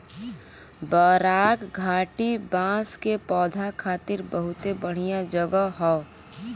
बराक घाटी बांस के पौधा खातिर बहुते बढ़िया जगह हौ